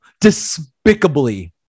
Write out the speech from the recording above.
despicably